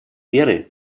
меры